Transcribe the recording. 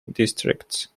districts